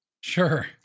Sure